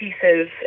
pieces